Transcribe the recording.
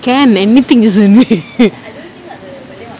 can anything isn't it